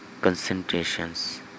concentrations